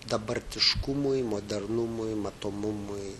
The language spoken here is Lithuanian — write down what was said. dabartiškumui modernumui matomumui